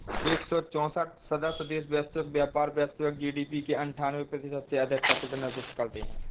एक सौ चौसठ सदस्य देश वैश्विक व्यापार, वैश्विक जी.डी.पी के अन्ठान्वे प्रतिशत से अधिक का प्रतिनिधित्व करते हैं